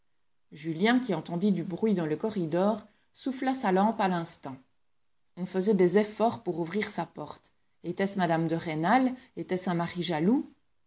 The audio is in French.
julien qui entendit du bruit dans le corridor souffla sa lampe à l'instant on faisait des efforts pour ouvrir sa porte était-ce mme de rênal était-ce un mari jaloux